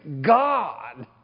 God